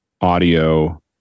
audio